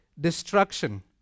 destruction